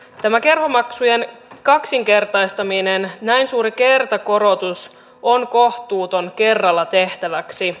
tämä kerhomaksujen kaksinkertaistaminen näin suuri kertakorotus on kohtuuton kerralla tehtäväksi